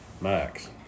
Max